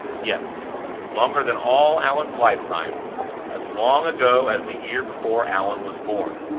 yes longer than all allan's lifetime as long ago as the year before allan was born.